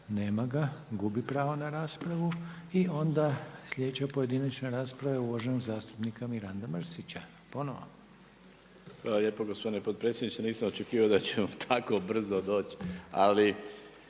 Nema ga, gubi pravo na raspravu. I onda sljedeća pojedinačna rasprava je uvaženog zastupnika Miranda Mrsića, ponovo. **Mrsić, Mirando (SDP)** Hvala lijepo gospodine potpredsjedniče, nisam očekivao da ćemo tako brzo doći. Ali